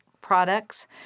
products